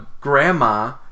grandma